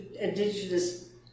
indigenous